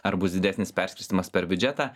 ar bus didesnis perskirstymas per biudžetą